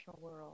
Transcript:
world